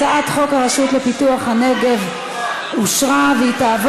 הצעת חוק הרשות לפיתוח הנגב אושרה ותועבר